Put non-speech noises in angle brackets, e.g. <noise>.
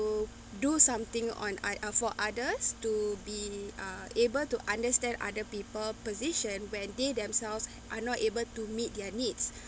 do something on ah for others to be ah able to understand other people position when they themselves are not able to meet their needs <breath>